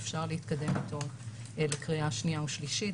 אפשר להתקדם איתו לקריאה שנייה ושלישית,